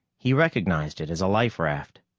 he recognized it as a life raft.